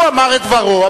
הוא אמר את דברו,